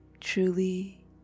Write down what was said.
truly